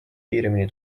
kiiremini